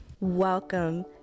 Welcome